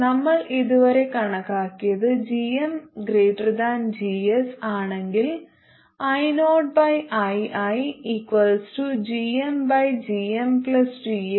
നമ്മൾ ഇതുവരെ കണക്കാക്കിയത് gmGS ആണെങ്കിൽ ioiigmgmGs1ആണ്